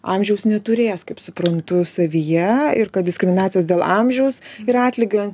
amžiaus neturės kaip suprantu savyje ir kad diskriminacijos dėl amžiaus ir atlygio